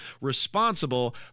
responsible